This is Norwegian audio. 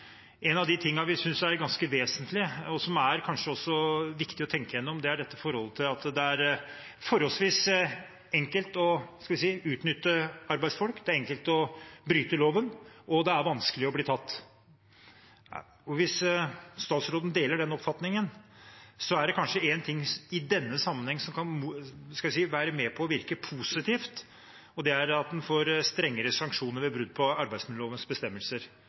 En av de tingene vi synes er ganske vesentlige, og som det kanskje også er viktig å tenke gjennom, er det forholdet at det er forholdsvis enkelt å utnytte arbeidsfolk. Det er enkelt å bryte loven, og det er vanskelig å bli tatt. Hvis statsråden deler den oppfatningen, er det kanskje én ting i denne sammenheng som kan være med på å virke positivt, og det er at en får strengere sanksjoner ved brudd på arbeidsmiljølovens bestemmelser.